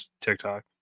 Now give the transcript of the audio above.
TikTok